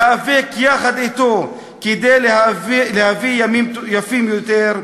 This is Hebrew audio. להיאבק יחד אתו כדי להביא ימים יפים יותר,